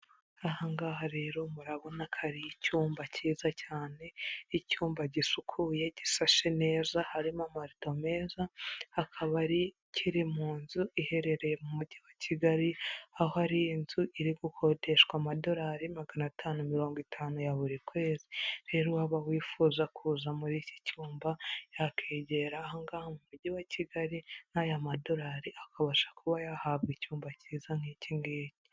Aha ngaha rero murabona ko ari icyumba cyiza cyane, icyumba gisukuye gisashe neza, harimo amarido meza, akaba ari kiri mu nzu iherereye mu Mujyi wa Kigali, aho hari inzu iri gukodeshwa amadolari magana atanu mirongo itanu ya buri kwezi, rero uwaba wifuza kuza muri iki cyumba, yakegera mu Mujyi wa Kigali n'ay'amadolari, akabasha kuba yahabwa icyumba cyiza nk'iki ngiki.